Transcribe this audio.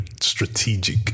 strategic